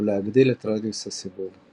ולהגדיל את רדיוס הסיבוב.